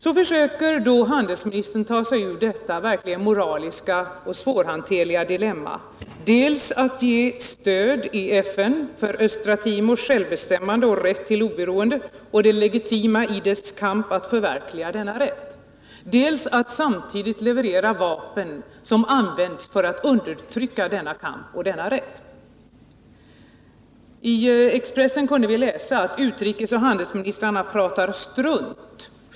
Så försöker då handelsministern ta sig ur detta verkligen moraliska och svårhanterliga dilemma: dels att ge stöd i FN för Östra Timors självbestämmande och rätt till oberoende samt för det legitima i dess kamp för att förverkliga denna rätt, dels att samtidigt leverera vapen som används för att undertrycka denna kamp och denna rätt. I Expressen kan vi läsa: ”Utrikesoch handelsministrarna pratar strunt.